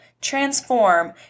transform